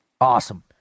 Awesome